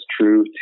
true